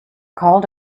called